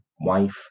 wife